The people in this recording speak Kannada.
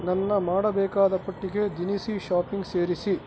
ನನ್ನ ಮಾಡಬೇಕಾದ ಪಟ್ಟಿಗೆ ದಿನಸಿ ಶಾಪಿಂಗ್ ಸೇರಿಸಿ